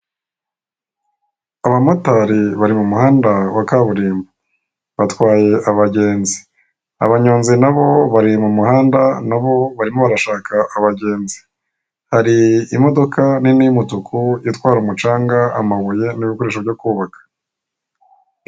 Abamotari bari mu muhanda wa kaburimbo, batwaye abagenzi, abanyonzi nabo bari mu muhanda nabo barimo barashaka abagenzi, hari imodoka nini y'umutuku itwara umucanga, amabuye n'ibikoresho byo kubaka.